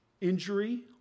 injury